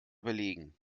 belegen